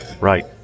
right